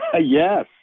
Yes